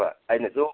ꯍꯣꯏ ꯍꯣꯏ ꯑꯩꯅꯁꯨ